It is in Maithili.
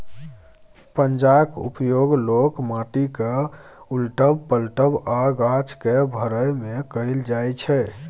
पंजाक उपयोग लोक माटि केँ उलटब, पलटब आ गाछ केँ भरय मे कयल जाइ छै